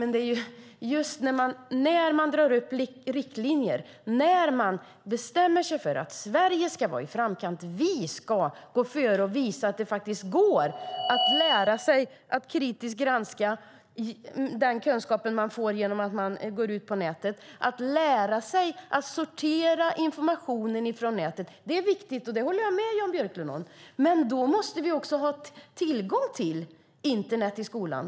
När riktlinjer dras upp, när vi bestämmer oss för att Sverige ska ligga i framkant, ska vi gå före och visa att det går att lära sig att kritiskt granska den kunskap som finns genom att gå ut på nätet. Det är viktigt att lära sig att sortera informationen från nätet. Där håller jag med Jan Björklund. Men då måste vi ha tillgång till internet i skolan.